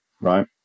right